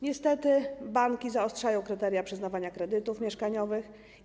Niestety banki zaostrzają kryteria przyznawania kredytów mieszkaniowych.